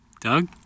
Doug